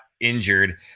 injured